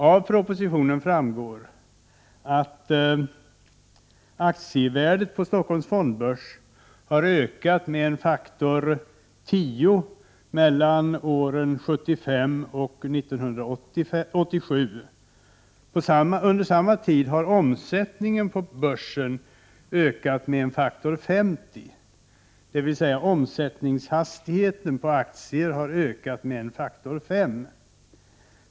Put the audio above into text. Av propositionen framgår att aktievärdet på Stockholms fondbörs har ökat med faktor 10 mellan åren 1975 och 1987. Under samma id har omsättningen på börsen ökat med faktor 50, dvs. omsättningshastigheten har ökat med faktor 5.